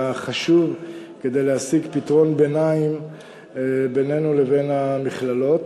היה חשוב כדי להשיג פתרון ביניים בינינו לבין המכללות.